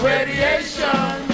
Radiation